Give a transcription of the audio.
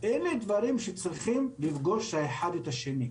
אלה דברים שצריכים לפגוש אחד את השני.